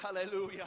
Hallelujah